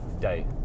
day